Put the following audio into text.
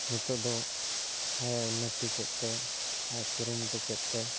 ᱱᱤᱛᱚᱜ ᱫᱚ ᱟᱡ ᱮ ᱩᱱᱱᱚᱛᱤ ᱠᱮᱫ ᱛᱮ ᱟᱡ ᱮ ᱠᱩᱨᱩᱢᱩᱴᱩ ᱠᱮᱫ ᱛᱮ